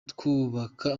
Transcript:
twubaka